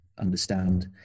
understand